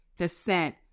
Descent